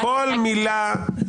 כל מילה,